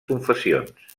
confessions